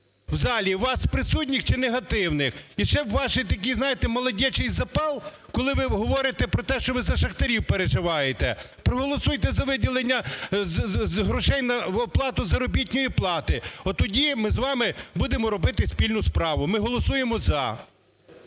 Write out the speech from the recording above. в залі: вас, присутніх, чи негативних. І ще ваш такий, знаєте, молодячий запал, коли ви говорите про те, що ви за шахтарів переживаєте. Проголосуйте за виділення грошей на оплату заробітної плати, от тоді ми з вами будемо робити спільну справу. Ми голосуємо "за".